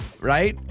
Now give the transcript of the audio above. right